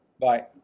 Bye